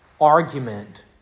argument